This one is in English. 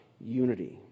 unity